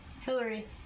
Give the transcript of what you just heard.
Hillary